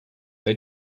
they